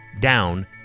down